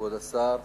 כבוד השר,